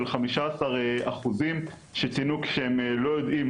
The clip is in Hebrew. של 15% שציינו שהם לא יודעים